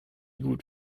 gut